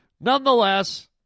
nonetheless